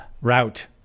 route